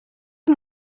ari